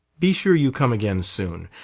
be sure you come again soon,